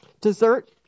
Dessert